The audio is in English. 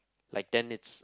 like then it's